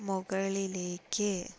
മുകളിലേക്ക്